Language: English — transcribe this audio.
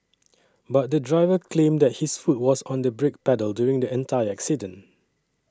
but the driver claimed that his foot was on the brake pedal during the entire accident